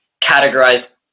categorize